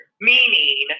meaning